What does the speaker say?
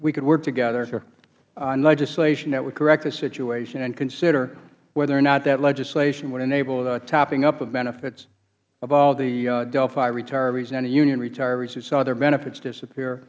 we could work together on legislation that would correct this situation and consider whether or not that legislation would enable the topping up of benefits of all the delphi retirees and the union retirees who saw their benefits disappear